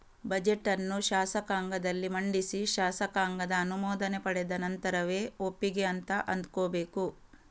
budget ಅನ್ನು ಶಾಸಕಾಂಗದಲ್ಲಿ ಮಂಡಿಸಿ ಶಾಸಕಾಂಗದ ಅನುಮೋದನೆ ಪಡೆದ ನಂತರವೇ ಒಪ್ಪಿಗೆ ಅಂತ ಅಂದ್ಕೋಬೇಕು